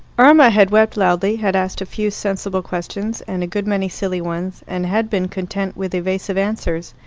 irma had wept loudly, had asked a few sensible questions and a good many silly ones, and had been content with evasive answers.